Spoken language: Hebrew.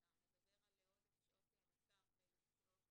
אם אתה מדבר על עודף שעות מסך וילדים